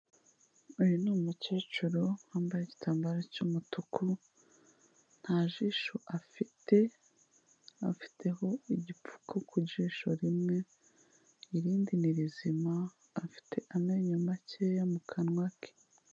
Uyu ni umukecuru wambaye igitambaro cy'umutuku, nta jisho afite, afiteho igipfuku ku jisho rimwe, irindi ni rizima, afite amenyo makeya mu kanwa ke.